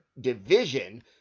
division